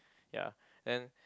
ya and